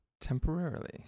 temporarily